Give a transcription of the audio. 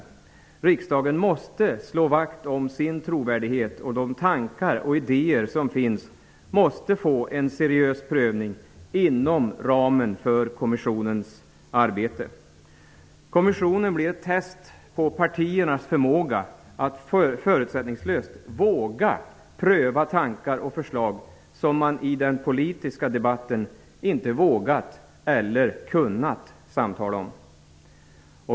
Riksdagen måste slå vakt om sin trovärdighet, och de tankar och idéer som finns måste få en seriös prövning inom ramen för kommissionens arbete. Kommissionen blir ett test på partiernas förmåga att förutsättningslöst våga pröva tankar och förslag som man i den politiska debatten inte vågat eller kunnat samtala om.